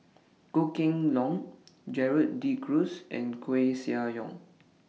Goh Kheng Long Gerald De Cruz and Koeh Sia Yong